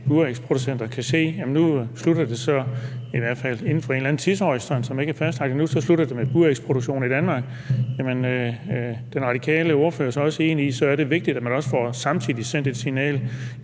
burægsproducenter kan se, at det i hvert fald inden for en eller anden tidshorisont, som ikke er fastlagt endnu, slutter med burægsproduktion i Danmark, er den radikale ordfører så også enig i, at det er vigtigt, at man samtidig får sendt et signal?